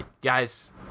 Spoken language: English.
Guys